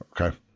Okay